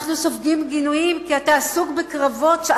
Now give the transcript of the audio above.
אנחנו סופגים גינויים כי אתה עסוק בקרבות של